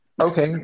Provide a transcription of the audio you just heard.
Okay